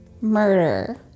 murder